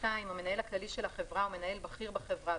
המנהל הכללי של החברה או מנהל בכיר בחברה,